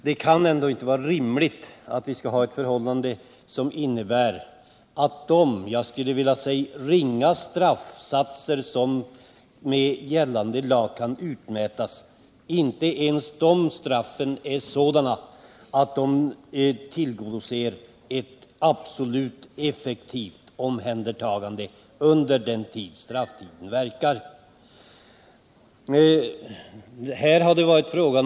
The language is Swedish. Det kan inte vara rimligt att vi med de, som jag vill kalla dem, ringa straffsatser som enligt gällande lag kan tillmätas för sådana här brott inte ens kan garantera ett absolut effektivt omhändertagande under den tid som dessa straff verkar.